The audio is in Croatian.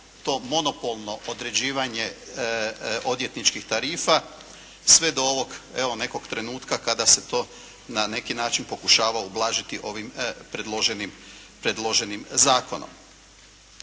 to monopolno određivanje odvjetničkih tarifa sve do ovog evo nekog trenutka kada se to na neki način pokušava ublažiti ovim predloženim zakonom.